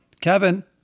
Kevin